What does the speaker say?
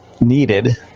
needed